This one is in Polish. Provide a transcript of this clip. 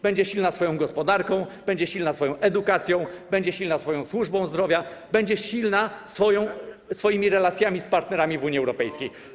Będzie silna swoją gospodarką, będzie silna swoją edukacją, będzie silna swoją służbą zdrowia, będzie silna swoimi relacjami z partnerami w Unii Europejskiej.